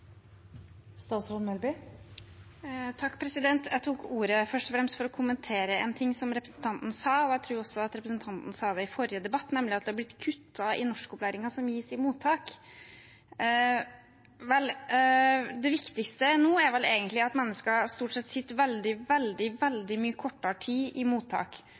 Jeg tok ordet først og fremst for å kommentere noe som representanten sa, jeg tror hun sa det i forrige debatt også, nemlig at det har blitt kuttet i norskopplæringen som gis i mottak. Det viktigste nå er vel at mennesker nå sitter veldig mye kortere tid i mottak.